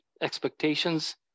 expectations